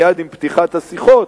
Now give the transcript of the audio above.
מייד עם פתיחת השיחות,